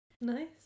Nice